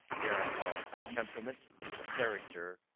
they are called temperament character,